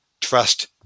trust